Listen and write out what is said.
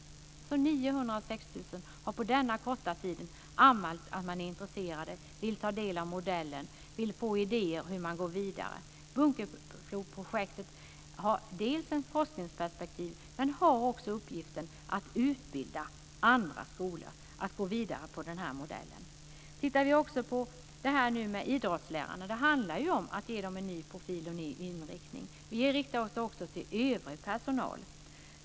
900 skolor av 6 000 har på denna korta tid anmält att de är intresserade, vill ta del av modellen och få idéer om hur man går vidare. Bunkefloprojektet har ett forskningsperspektiv men också uppgiften att utbilda andra skolor att gå vidare med modellen. Det handlar om att ge idrottslärarna en ny profil och ny inriktning. Vi riktar oss också till övrig personal.